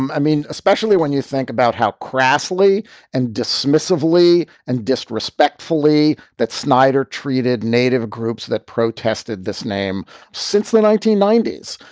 um i mean, especially when you think about how crassly and dismissively and disrespectfully that snyder treated native groups that protested this name since the nineteen ninety s.